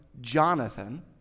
Jonathan